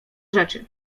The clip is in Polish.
rzeczy